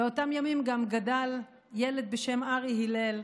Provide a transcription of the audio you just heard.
באותם ימים גם גדל ילד בשם ארי הלל,